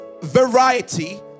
variety